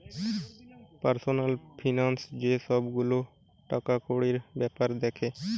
personal finance যে সব গুলা টাকাকড়ির বেপার দ্যাখে